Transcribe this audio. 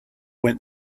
went